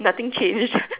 nothing change